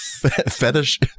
Fetish